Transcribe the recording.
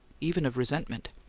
even of resentment.